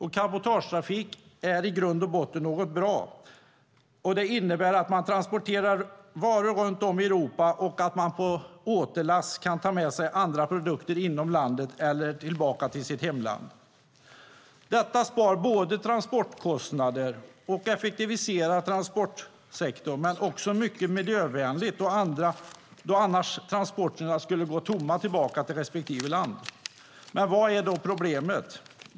Cabotagetrafik är i grund och botten något bra. Det innebär att man, när man transporterar varor runt om i Europa, på återlass kan ta med sig andra produkter inom landet eller tillbaka till sitt hemland. Detta spar transportkostnader och effektiviserar transportsektorn men är också mycket miljövänligt, då transporterna annars skulle gå tomma tillbaka till respektive land. Vad är då problemet?